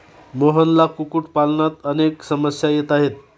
मोहनला कुक्कुटपालनात अनेक समस्या येत आहेत